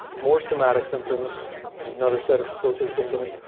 more somatic symptoms this is another set of dissociative symptoms.